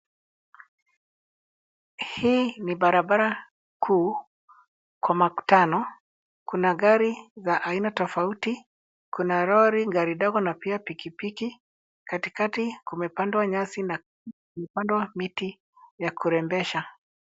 Hii ni barabara kuu. Kwa mkutano kuna gari za aina tofauti. Kuna lori, gari dogo na pia pikipiki. Katikati kumepandwa nyasi na kumepandwa miti ya kurembesha.